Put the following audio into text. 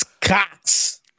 cocks